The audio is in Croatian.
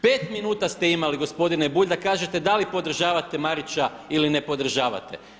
Pet minuta ste imali gospodine Bulj da kažete da li podržavate Marića ili ne podržavate.